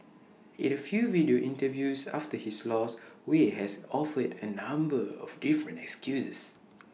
in A few video interviews after his loss Wei has offered A number of different excuses